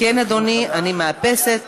כן, אדוני, אני מאפסת.